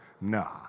nah